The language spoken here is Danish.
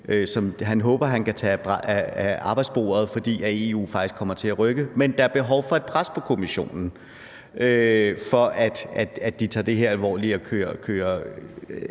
som han håber han kan tage af arbejdsbordet, fordi EU faktisk kommer til at rykke, men at der er behov for et pres på Kommissionen, for at de tager det her alvorligt og kører